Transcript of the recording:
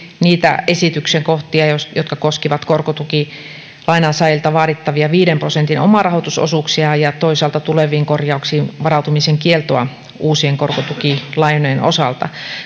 niitä esityksen kohtia jotka koskivat korkotukilainansaajilta vaadittavia viiden prosentin omarahoitusosuuksia ja ja toisaalta tuleviin korjauksiin varautumisen kieltoa uusien korkotukilainojen osalta